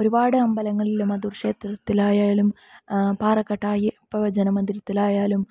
ഒരുപാട് അമ്പലങ്ങളിലും അടൂർ ക്ഷേത്രത്തിലായാലും പാറക്കാട്ട് അയ്യപ്പ ഭജന മന്ദിരത്തിലായാലും